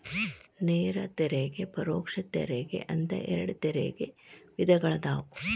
ನೇರ ತೆರಿಗೆ ಪರೋಕ್ಷ ತೆರಿಗೆ ಅಂತ ಎರಡ್ ತೆರಿಗೆ ವಿಧಗಳದಾವ